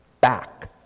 back